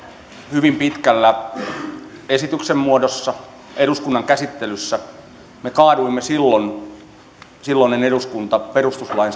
hyvin pitkällä esityksen muodossa eduskunnan käsittelyssä me kaaduimme silloin silloinen eduskunta perustuslain